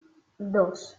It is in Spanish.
dos